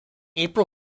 april